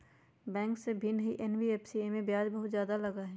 Bank से भिन्न हई एन.बी.एफ.सी इमे ब्याज बहुत ज्यादा लगहई?